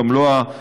גם לא בעלויות.